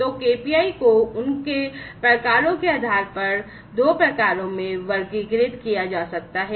तो KPI को उनके प्रकारों के आधार पर दो प्रकारों में वर्गीकृत किया जा सकता है